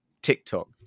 tiktok